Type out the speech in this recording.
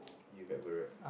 you ever read